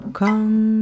come